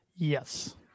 Yes